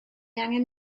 angen